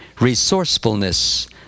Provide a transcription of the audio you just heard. resourcefulness